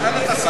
אבל, היושב-ראש,